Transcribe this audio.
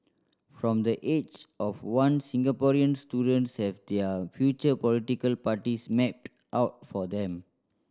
from the age of one Singaporean students have their future political parties mapped out for them